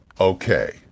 okay